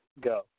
go